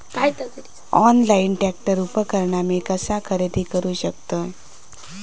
Online tractor उपकरण मी कसा खरेदी करू शकतय?